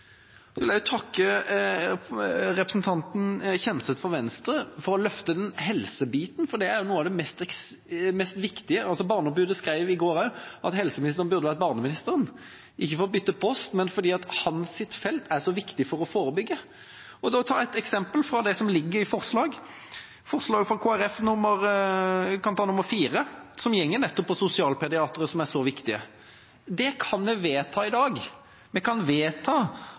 Jeg vil også takke representanten Kjenseth, fra Venstre, for å løfte helsebiten, for det er noe av det viktigste. Barneombudet skrev i går at helseministeren burde vært barneminister, ikke for å bytte post, men fordi hans felt er så viktig for å forebygge. La meg ta et eksempel fra det som ligger som forslag fra Kristelig Folkeparti – jeg kan ta nr. 4, som går på sosialpediatere, som er så viktig. Det kan vi vedta i dag. Vi kan vedta